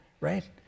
right